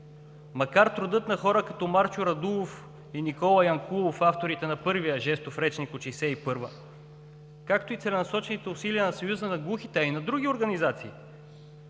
Макар трудът на хора като Марчо Радулов и Никола Янкулов – авторите на първия жестов речник от 1961 г., както и целенасочените усилия на Съюза на глухите, а и на други организации,